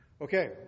Okay